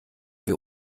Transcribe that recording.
wir